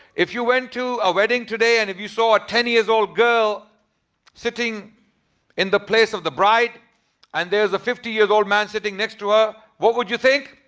if you went to a wedding today and if you saw a ten years old girl sitting in the place of the bride and there's a fifty year old man sitting next to her. what would you think?